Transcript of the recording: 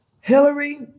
Hillary